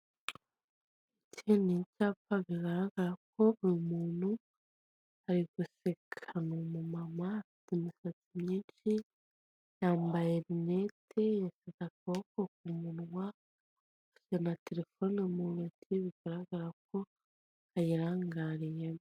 Icyapa bigaragara ko uyu muntu ari guseka ni umu mama afite imisatsi myinshi yambaye rinete yashyize akaboko ku munwa na telefone mu ntoki bigaragara ko ayi rangariyemo.